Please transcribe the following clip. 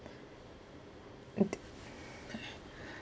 mm